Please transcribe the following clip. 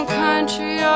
country